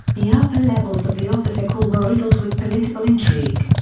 the upper levels of the officer corps were riddled with political intrigue.